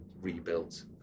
rebuilt